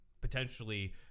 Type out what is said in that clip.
potentially